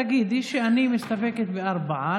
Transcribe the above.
תגידי: אני מסתפקת בארבעה,